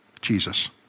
Jesus